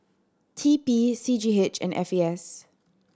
T P C G H and F A S